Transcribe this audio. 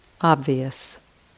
obvious